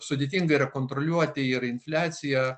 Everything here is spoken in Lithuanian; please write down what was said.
sudėtinga yra kontroliuoti ir infliaciją